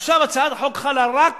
עכשיו הצעת החוק חלה רק